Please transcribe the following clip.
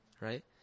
right